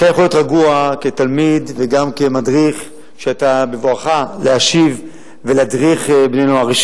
אתה יכול להיות רגוע כתלמיד וגם כמדריך בבואך להשיב ולהדריך בני-נוער.